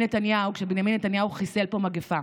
נתניהו כשבנימין נתניהו חיסל פה מגפה.